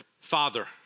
Father